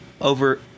over